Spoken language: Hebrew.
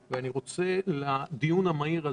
אני רוצה לסכם את הדיון המהיר הזה,